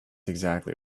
exactly